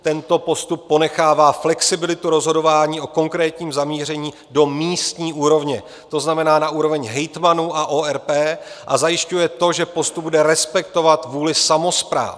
Tento postup ponechává flexibilitu rozhodování o konkrétním zamíření do místní úrovně, to znamená na úroveň hejtmanů a ORP, a zajišťuje to, že postup bude respektovat vůli samospráv.